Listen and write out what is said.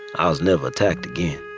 i was never attacked again.